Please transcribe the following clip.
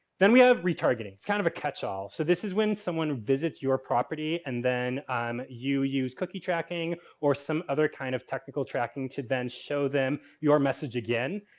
then we have retargeting, it's kind of a catch-all. so, this is when someone visits your property and then um you use cookie tracking or some other kind of technical tracking to then show them your message again.